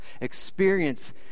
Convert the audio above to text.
experience